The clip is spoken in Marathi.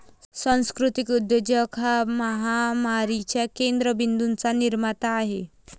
सांस्कृतिक उद्योजक हा महामारीच्या केंद्र बिंदूंचा निर्माता आहे